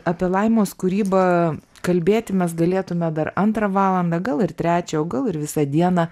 apie laimos kūrybą kalbėti mes galėtume dar antrą valandą gal ir trečią o gal ir visą dieną